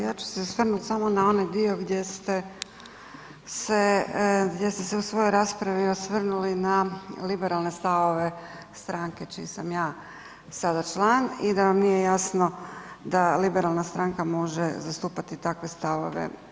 Ja ću se osvrnuti samo na onaj dio gdje ste se u svojoj raspravi osvrnuli na liberalne stavove stranke čiji sam ja sada član i da vam nije jasno da liberalna stranka može zastupati takve stavove.